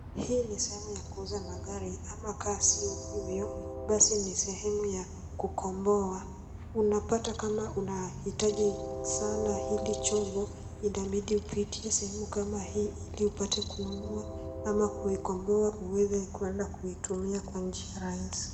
Hii ni sehemu ya kuuza magari ama ka sio hivyo basi ni sehemu ya kukomboa. Unapata kama unahitaji sana hili chombo, inabidi upitie sehemu kama hii ili upate kununua ama kuikomboa ueze kuende kuitumia kwa njia rahisi.